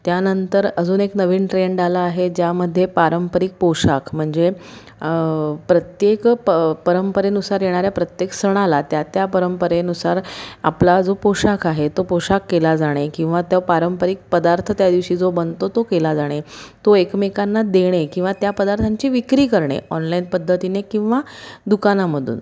त्यानंतर अजून एक नवीन ट्रेंड आला आहे ज्यामध्ये पारंपरिक पोशाख म्हणजे प्रत्येक प परंपरेनुसार येणाऱ्या प्रत्येक सणाला त्या त्या परंपरेनुसार आपला जो पोशाख आहे तो पोशाख केला जाणे किंवा तो पारंपरिक पदार्थ त्या दिवशी जो बनतो तो केला जाणे तो एकमेकांना देणे किंवा त्या पदार्थांची विक्री करणे ऑनलाईन पद्धतीने किंवा दुकानामधून